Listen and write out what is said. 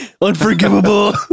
Unforgivable